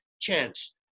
chance